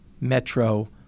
Metro